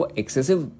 excessive